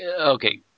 okay